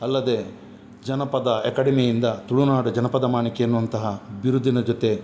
ಅಲ್ಲದೆ ಜನಪದ ಅಕಾಡೆಮಿಯಿಂದ ತುಳುನಾಡು ಜನಪದ ಮಾಣಿಕ್ಯ ಎನ್ನುವಂತಹ ಬಿರುದಿನ ಜೊತೆ